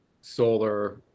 solar